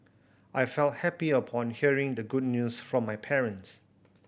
I felt happy upon hearing the good news from my parents